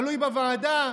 תלוי בוועדה,